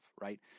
right